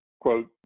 quote